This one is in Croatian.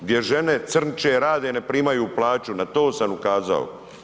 Gdje žene crnče, rade, ne primaju plaću, na to sam ukazao.